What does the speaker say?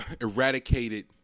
eradicated